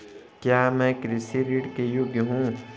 क्या मैं कृषि ऋण के योग्य हूँ?